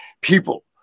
people